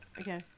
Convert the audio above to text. Okay